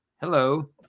hello